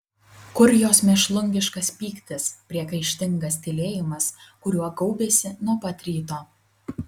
kur jos mėšlungiškas pyktis priekaištingas tylėjimas kuriuo gaubėsi nuo pat ryto